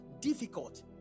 difficult